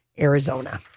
Arizona